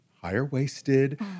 higher-waisted